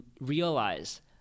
realize